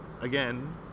again